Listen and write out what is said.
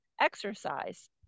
exercise